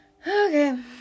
Okay